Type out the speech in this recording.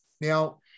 now